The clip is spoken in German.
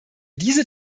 diese